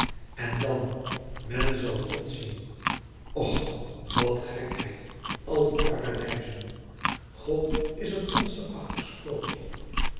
en dan men zal god zien och wat gekheid al die paradijzen god is een monsterachtig sprookje